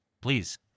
Please